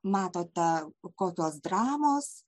matotekokios dramos